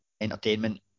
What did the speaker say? entertainment